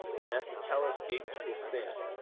and at the palace gates will stand,